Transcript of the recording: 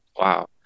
wow